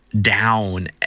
down